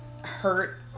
hurt